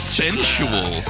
sensual